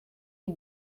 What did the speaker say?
you